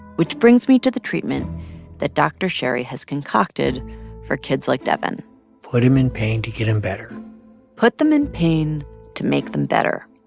which brings me to the treatment that dr. sherry has concocted for kids like devyn put them in pain to get them and better put them in pain to make them better.